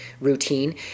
routine